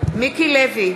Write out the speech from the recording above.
מיקי לוי,